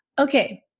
Okay